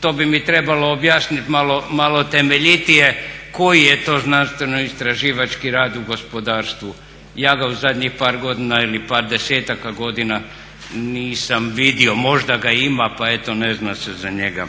to bi mi trebalo objasniti malo temeljitije koji je to znanstveno-istraživački rad u gospodarstvu. Ja ga u zadnjih par godina ili par desetaka godina nisam vidio. Možda ga ima pa eto ne zna se za njega.